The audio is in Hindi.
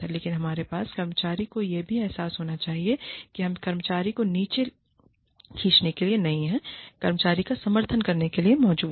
लेकिन हमारे पास कर्मचारी को यह भी एहसास होना चाहिए कि हम कर्मचारी को नीचे खींचने के लिए नही कर्मचारी का समर्थन करने के लिए मौजूद हैं